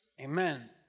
Amen